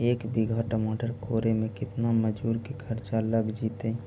एक बिघा टमाटर कोड़े मे केतना मजुर के खर्चा लग जितै?